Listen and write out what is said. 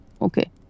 Okay